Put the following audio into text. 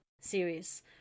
series